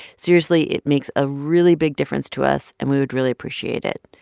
seriously, it makes a really big difference to us, and we would really appreciate it.